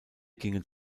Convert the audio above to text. gingen